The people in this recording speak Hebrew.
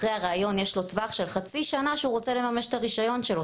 אחרי הריאיון יש לו טווח של חצי שנה שהוא יכול לממש את הרישיון שלו,